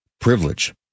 privilege